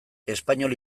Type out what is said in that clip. espainol